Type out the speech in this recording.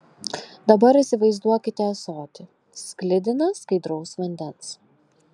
dabar įsivaizduokite ąsotį sklidiną skaidraus vandens